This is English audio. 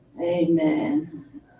Amen